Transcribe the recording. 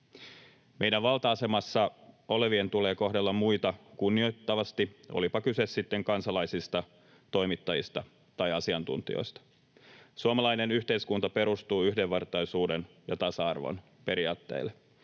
Meidän valta-asemassa olevien tulee kohdella muita kunnioittavasti, olipa kyse sitten kansalaisista, toimittajista tai asiantuntijoista. Suomalainen yhteiskunta perustuu yhdenvertaisuuden ja tasa-arvon periaatteille.